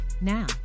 now